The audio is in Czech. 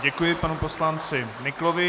Děkuji panu poslanci Nyklovi.